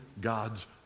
God's